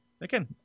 Again